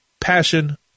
passion